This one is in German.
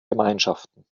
gemeinschaften